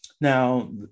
now